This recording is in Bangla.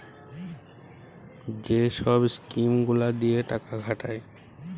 যে ছব ইস্কিম গুলা দিঁয়ে টাকা খাটায়